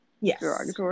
yes